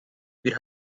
wir